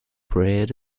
bread